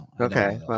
Okay